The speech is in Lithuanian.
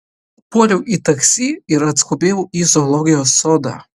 puoliau į taksi ir atskubėjau į zoologijos sodą